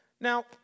Now